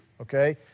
okay